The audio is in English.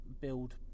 build